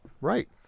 Right